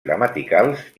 gramaticals